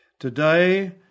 Today